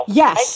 yes